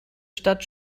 stadt